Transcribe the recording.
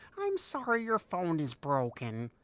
i'm sorry your phone is broken.